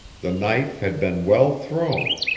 the knife had been well thrown.